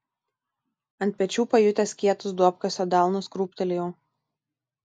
ant pečių pajutęs kietus duobkasio delnus krūptelėjau